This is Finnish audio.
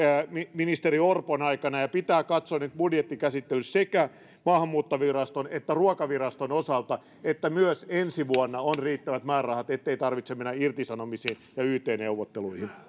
ministeri orpon aikana ja pitää katsoa nyt budjettikäsittelyssä sekä maahanmuuttoviraston että ruokaviraston osalta että myös ensi vuonna on riittävät määrärahat ettei tarvitse mennä irtisanomisiin ja yt neuvotteluihin